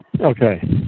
Okay